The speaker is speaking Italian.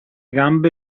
gambe